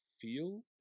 feel